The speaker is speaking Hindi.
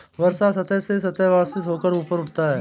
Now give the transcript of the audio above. वर्षा सतह से पानी वाष्पित होकर ऊपर उठता है